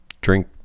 drink